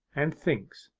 and thinks,